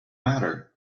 matter